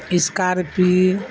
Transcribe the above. scorpio